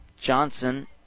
Johnson